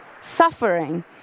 Suffering